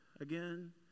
again